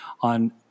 on